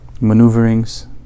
maneuverings